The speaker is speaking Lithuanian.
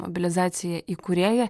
mobilizacija įkūrėja